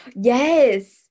Yes